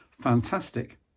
fantastic